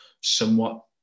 somewhat